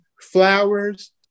flowers